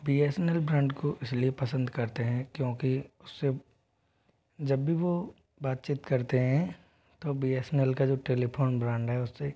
B S NL brand को इसलिए पसंद करते हैं क्योंकि उस से जब भी वो बातचीत करते हैं तब बी एस नल का जो टेलीफोन ब्रांड है उससे